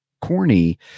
corny